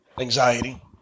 anxiety